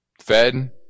Fed